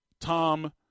Tom